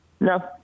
No